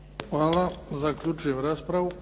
Hvala. Zaključujem raspravu.